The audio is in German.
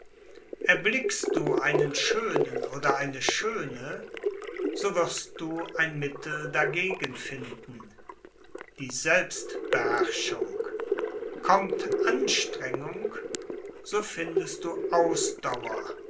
erblickst du einen schönen oder eine schöne so wirst du ein mittel dagegen finden die selbstbeherrschung kommt anstrengung so findest du ausdauer